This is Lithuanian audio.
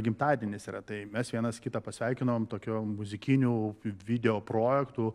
gimtadienis yra tai mes vienas kitą pasveikinom tokiu muzikiniu video projektu